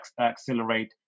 accelerate